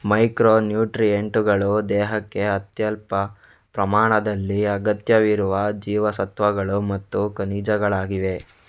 micro ನ್ಯೂಟ್ರಿಯೆಂಟುಗಳು ದೇಹಕ್ಕೆ ಅತ್ಯಲ್ಪ ಪ್ರಮಾಣದಲ್ಲಿ ಅಗತ್ಯವಿರುವ ಜೀವಸತ್ವಗಳು ಮತ್ತು ಖನಿಜಗಳಾಗಿವೆ